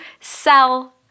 sell